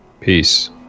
Peace